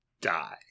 die